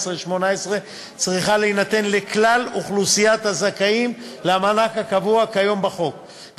18 צריכה להינתן לכלל אוכלוסיית הזכאים למענק הקבוע כיום בחוק,